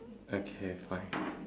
okay fine